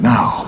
Now